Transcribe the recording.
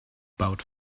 about